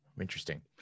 Interesting